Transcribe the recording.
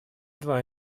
два